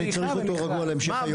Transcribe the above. אני צריך אותו רגוע להמשך הדיון.